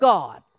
God